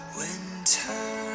winter